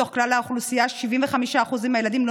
מתוך כלל האוכלוסייה 75% מהילדים לא